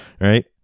right